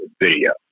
video